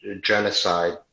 genocide